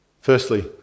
Firstly